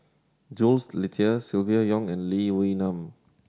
Jules Itier Silvia Yong and Lee Wee Nam